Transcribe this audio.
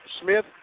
Smith